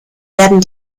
werden